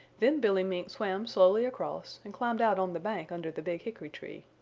then billy mink swam slowly across and climbed out on the bank under the big hickory tree.